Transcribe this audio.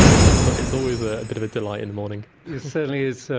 so so it's always a bit of a delight in the morning. it certainly is. so